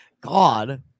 God